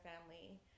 family